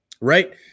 right